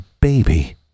baby